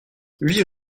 huit